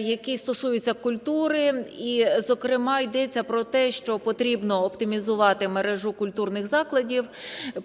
який стосується культури і, зокрема, йдеться про те, що потрібно оптимізувати мережу культурних закладів, потрібно